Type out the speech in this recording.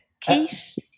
Keith